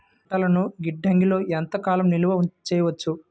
పంటలను గిడ్డంగిలలో ఎంత కాలం నిలవ చెయ్యవచ్చు?